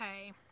Okay